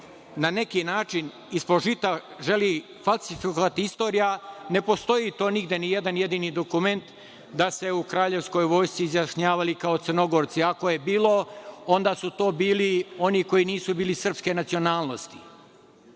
na neki način ispod žita želi falsifikovati istorija, ne postoji nigde ni jedan jedini dokument da su se u kraljevskoj vojsci izjašnjavali kao Crnogorci. Ako je bilo, onda su to bili oni koji nisu bili srpske nacionalnosti,